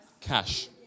Cash